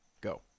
go